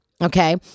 Okay